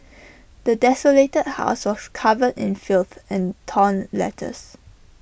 the desolated house was covered in filth and torn letters